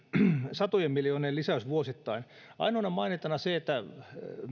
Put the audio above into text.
satojen miljoonien lisäys vuosittain ainoana mainintana se että